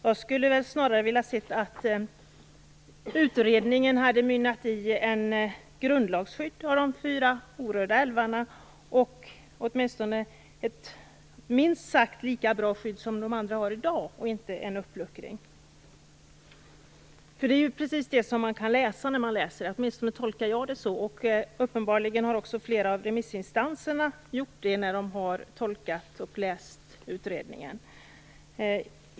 Jag skulle snarare ha velat se att utredningen hade mynnat ut i ett grundlagsskydd av de fyra orörda älvarna och åtminstone ett minst sagt lika bra skydd av de andra vattendragen som finns i dag - inte en uppluckring. Det är precis det man kan läsa sig till. Åtminstone tolkar jag det så. Uppenbarligen har också flera av remissinstanserna tolkat utredningen så när de har läst den.